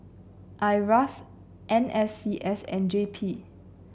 Iras N S C S and J P